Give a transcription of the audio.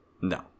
No